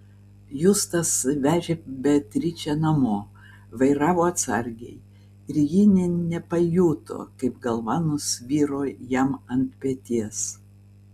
justas vežė beatričę namo vairavo atsargiai ir ji nė nepajuto kaip galva nusviro jam ant peties